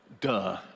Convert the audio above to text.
Duh